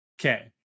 Okay